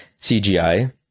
cgi